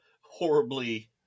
horribly